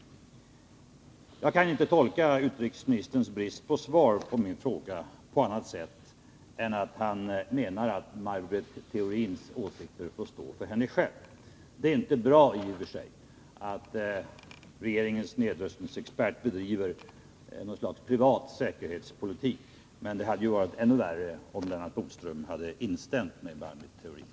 ningsarbetet Jag kan inte tolka utrikesministerns brist på svar på min fråga på annat sätt än att han menar att Maj Britt Theorins åsikter får stå för henne själv. Det är i och för sig inte bra att regeringens nedrustningsexpert bedriver någon slags privat säkerhetspolitik, men det hade ju varit ännu värre om Lennart Bodström hade instämt med Maj Britt Theorin.